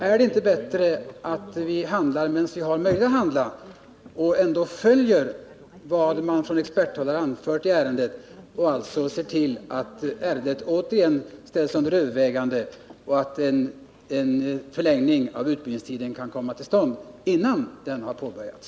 Är det inte bättre att vi handlar medan vi har möjlighet att handla och följer experternas mening i ärendet och alltså ser till att ärendet återigen ställs under övervägande och att en förlängning av utbildningstiden kan komma till stånd innan utbildningen har påbörjats?